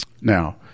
Now